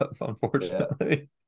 unfortunately